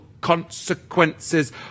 consequences